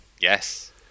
yes